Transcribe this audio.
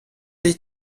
des